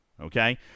Okay